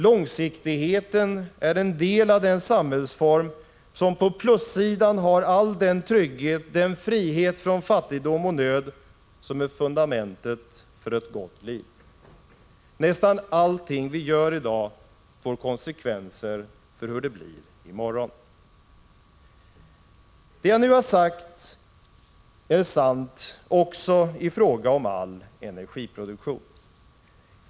Långsiktigheten är en del av den samhällsform som på plussidan har all den trygghet, den frihet från fattigdom och nöd som är fundamentet för ett gott liv. Nästan allting vi gör i dag får konsekvenser för hur det blir i morgon. Det jag nu sagt är sant också i fråga om all energiproduktion.